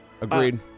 Agreed